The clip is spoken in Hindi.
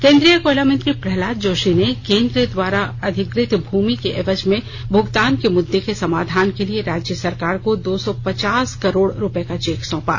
केंद्रीय कोयला मंत्री प्रहलाद जोशी ने केंद्र द्वारा अधिगृहित भूमि के एवज में भुगतान के मृद्दे के समाधान के लिए राज्य सरकार को दो सौ पचास करोड़ रुपये का चेक सौपा